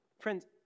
Friends